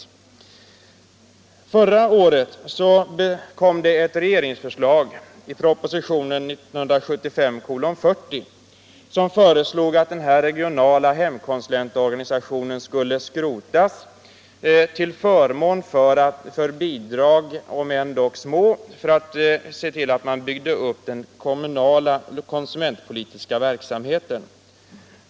Förra året kom ett regeringsförslag i propositionen 1975:40, som föreslog att den regionala hemkonsulentorganisationen skulle skrotas till förmån för bidrag — om än små — till den kommunala konsumentpolitiska verksamheten.